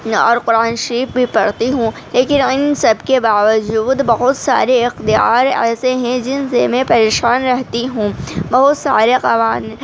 اور قرآن شریف بھی پڑھتی ہوں لیکن ان سب کے باوجود بہت سارے اقدار ایسے ہیں جن سے میں پریشان رہتی ہوں بہت سارے قوا